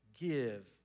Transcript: Give